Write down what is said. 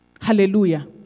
Hallelujah